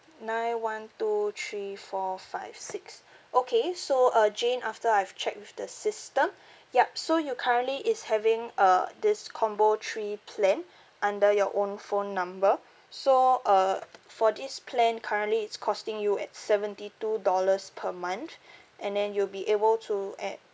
nine one two three four five six okay so uh jane after I've checked with the system yup so you currently is having uh this combo three plan under your own phone number so uh for this plan currently it's costing you at seventy two dollars per month and then you'll be able to add